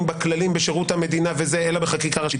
בכללים בשירות המדינה אלא בחקיקה ראשית.